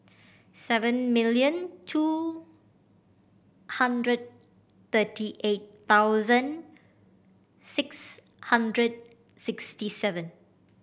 seven million two hundred thirty eight thousand six hundred sixty seven